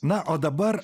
na o dabar